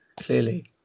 clearly